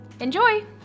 Enjoy